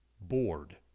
bored